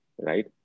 Right